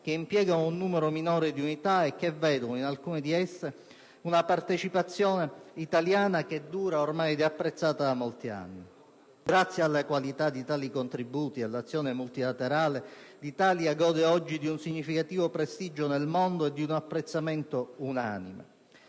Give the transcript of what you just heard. che impiegano un numero minore di unità e che vedono, in alcune di esse, una partecipazione italiana che dura ed è ormai apprezzata da molti anni. Grazie alla qualità di tali contributi all'azione multilaterale, l'Italia gode oggi di un significativo prestigio nel mondo e di un apprezzamento unanime.